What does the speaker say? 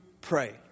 pray